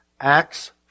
Acts